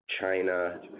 China